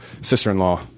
sister-in-law